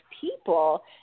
people